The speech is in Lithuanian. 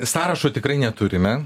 sąrašo tikrai neturime